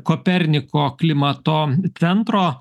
koperniko klimato centro